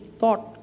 thought